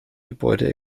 gebäude